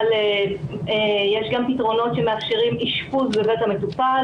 יש גם פתרונות שמאפשרים אישפוז בבית המטופל